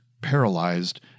paralyzed